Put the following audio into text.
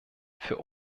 für